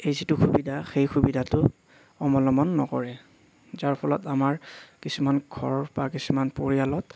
এই যিটো সুবিধা সেই সুবিধাটো অৱলম্বন নকৰে যাৰ ফলত আমাৰ কিছুমান ঘৰ বা কিছুমান পৰিয়ালত